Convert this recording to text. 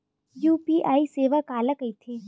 UPI सेवा काला कइथे?